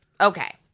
Okay